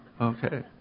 Okay